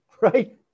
right